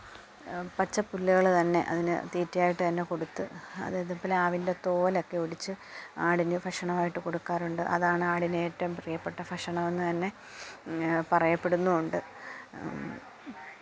പച്ചപ്പുല്ലുകള് തന്നെ അതിന് തീറ്റയായിട്ടുതന്നെ കൊടുത്ത് അതേയത് പ്ലാവിൻ്റെ തോലൊക്കെ ഒടിച്ച് ആടിന് ഭക്ഷണമായിട്ട് കൊടുക്കാറുണ്ട് അതാണ് ആടിന് ഏറ്റവും പ്രിയപ്പെട്ട ഭക്ഷണമെന്നു തന്നെ പറയപ്പെടുന്നുണ്ട്